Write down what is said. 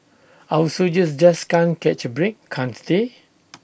our soldiers just can't catch A break can't they